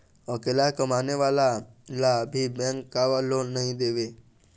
अकेला कमाने वाला ला भी बैंक काबर लोन नहीं देवे?